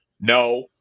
no